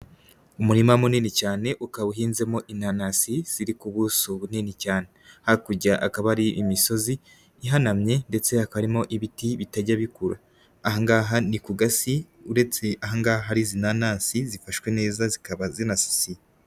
Umurima munini cyane ukaba uhinzemo inanasi ziri ku buso bunini cyane, hakurya akaba ari imisozi ihanamye ndetse hakaba harimo ibiti bitajya bikura, aha ngaha ni ku gasi uretse aha ngaha hari izi nanasi zifashwe neza zikaba zinasasiye.